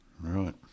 right